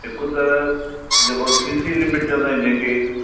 हिक त जेको सी सी लिमिट चवंदा आहिनि जेके